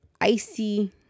icy